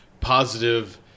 positive